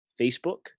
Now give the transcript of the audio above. Facebook